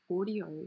audio